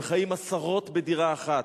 הם חיים עשרות בדירה אחת.